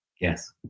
Yes